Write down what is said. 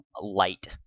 light